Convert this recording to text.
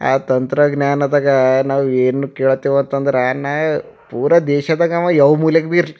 ಆ ತಂತ್ರಜ್ಞಾನದಾಗ ನಾವು ಏನು ಕೇಳ್ತಿವಂತಂದ್ರೆ ನಾ ಪೂರ ದೇಶದಾಗ ಅವ ಯಾವ ಮೂಲೆಗೆ ಭಿ ಇರ್ಲಿ